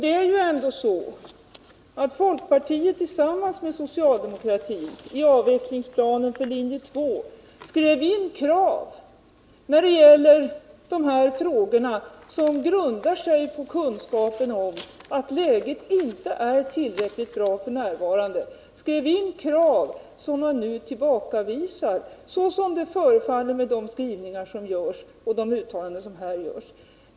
Det är ju ändå så att folkpartiet tillsammans med socialdemokratin i linje 2:s avvecklingsplan skrev in krav som grundar sig på kunskapen om att läget inte är tillräckligt bra f. n., krav som man nu tillbakavisar, såsom det förefaller att döma av de skrivningar som finns och de uttalanden som här görs.